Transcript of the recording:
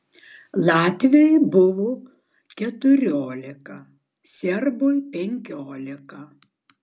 latviui buvo keturiolika serbui penkiolika